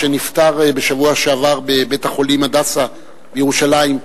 האיש שנפטר בשבוע שעבר בבית-החולים "הדסה" ירושלים,